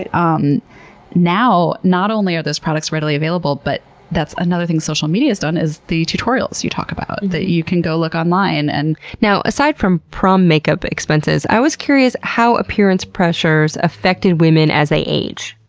and um now, not only are these products readily available, but that's another thing social media has done, is the tutorials you talk about, that you can go look online. and now, aside from prom makeup expenses, i was curious how appearance pressures affected women as they age.